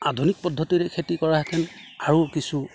আধুনিক পদ্ধতিৰে খেতি কৰাহেঁতেন আৰু কিছু